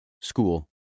school